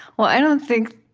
well, i don't think